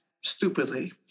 stupidly